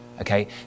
okay